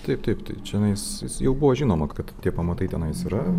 taip taip taip čionais jau buvo žinoma kad tie pamatai tenai jis yra